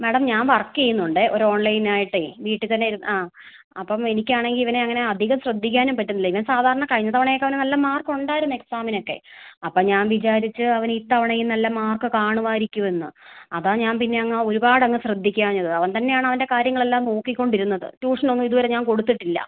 madam ഞാൻ work ചെയ്യുന്നുണ്ട് ഒരു ഓൺലൈൻ ആയിട്ട് വീട്ടിൽ തന്നെ ഇരുന്ന് ആ അപ്പം എനിക്ക് ആണെങ്കിൽ ഇവനെ അങ്ങനെ അധികം ശ്രദ്ധിക്കാനും പറ്റുന്നില്ല ഇവൻ സാധാരണ കഴിഞ്ഞ തവണ ഒക്കെ അവന് നല്ല മാർക്ക് ഉണ്ടായിരുന്നു എക്സാമിനൊക്കെ അപ്പോൾ ഞാൻ വിചാരിച്ചു അവൻ ഇത്തവണയും നല്ല മാർക്ക് കാണുമായിരിക്കും എന്ന് അതാണ് ഞാൻ പിന്നെ അങ്ങ് ഒരുപാട് അങ്ങ് ശ്രദ്ധിക്കാഞ്ഞത് അവൻ തന്നെ ആണ് അവൻ്റെ കാര്യങ്ങളെല്ലാം നോക്കി കൊണ്ടിരുന്നത് ട്യൂഷൻ ഒന്നും ഇത് വരെ ഞാൻ കൊടുത്തിട്ടില്ല